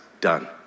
done